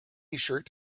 tshirt